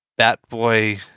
Batboy